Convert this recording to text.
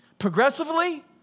progressively